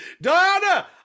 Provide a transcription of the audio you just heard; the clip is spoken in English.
Diana